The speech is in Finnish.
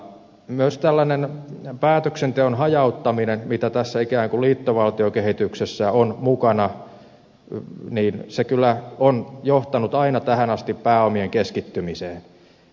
myös tällainen päätöksenteon hajauttaminen mitä tässä ikään kuin liittovaltiokehityksessä on mukana on kyllä johtanut aina tähän asti pääomien keskittymiseen